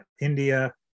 India